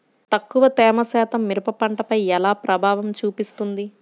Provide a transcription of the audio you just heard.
తక్కువ తేమ శాతం మిరప పంటపై ఎలా ప్రభావం చూపిస్తుంది?